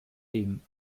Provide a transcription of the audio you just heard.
dem